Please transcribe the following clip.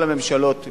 כל הממשלות,